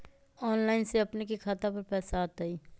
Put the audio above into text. Online से अपने के खाता पर पैसा आ तई?